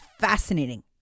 fascinating